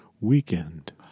Weekend